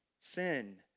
sin